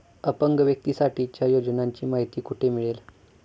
अपंग व्यक्तीसाठीच्या योजनांची माहिती कुठे मिळेल?